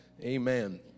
Amen